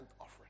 offering